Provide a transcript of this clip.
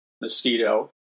mosquito